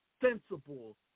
sensible